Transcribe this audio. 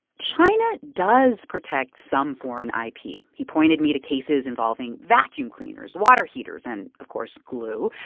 china does protect some foreign ip. he he pointed me to cases involving vacuum cleaners, water heaters and, of course, glue.